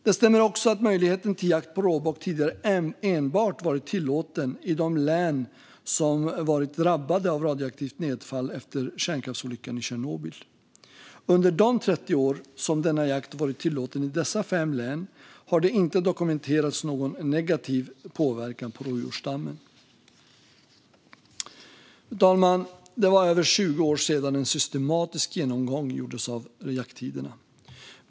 Det stämmer också att jakt på råbock tidigare enbart varit tillåten i de län som varit drabbade av radioaktivt nedfall efter kärnkraftsolyckan i Tjernobyl. Under de 30 år som denna jakt varit tillåten i dessa fem län har det inte dokumenterats någon negativ påverkan på rådjursstammen. Fru talman! Det var över 20 år sedan en systematisk genomgång gjordes av jakttiderna.